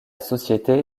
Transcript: société